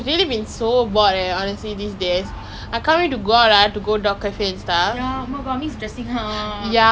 no honestly it's supportive about future and stuff but not just like I want tattoo I want to pierce ah dye my hair